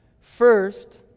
First